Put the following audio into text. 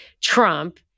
Trump